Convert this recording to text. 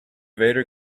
vader